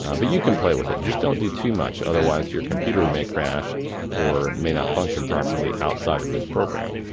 um but you can play with it just don't do to much otherwise your computer may crash or may not function properly outside of this program.